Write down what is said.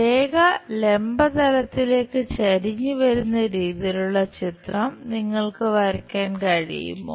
രേഖ ലംബ തലത്തിലേക്ക് ചെരിഞ്ഞ് വരുന്ന രീതിയിലുള്ള ചിത്രം നിങ്ങൾക്ക് വരയ്ക്കാൻ കഴിയുമോ